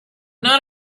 not